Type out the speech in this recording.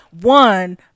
one